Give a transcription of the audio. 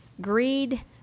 greed